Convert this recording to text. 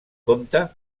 compte